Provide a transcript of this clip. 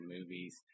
movies